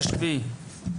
לגבי מה שאמר